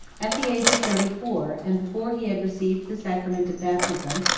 at the age of thirty-four, and before he had received the sacrament of baptism,